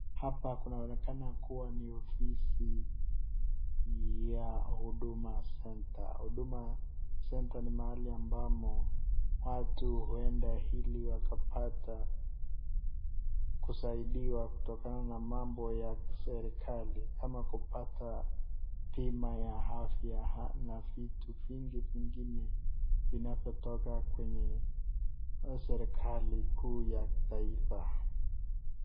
Hapa kunaonekana kuwa ni ofisi ya huduma senta ,huduma senta ni mahali ambapo watu huenda ili wakapata kusaidiwa kutokana na mambo ya kiserikali ama kupata bima ya afya na vitu vingi vingine vinavyotoka kwenye serikali kuu ya taifa.